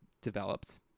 developed